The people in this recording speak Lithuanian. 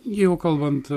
jau kalbant